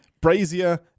brazier